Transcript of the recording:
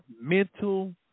mental